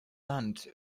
land